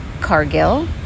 Cargill